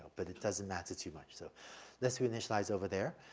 but it doesn't matter too much. so let's reinitialize over there.